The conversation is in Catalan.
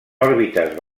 òrbites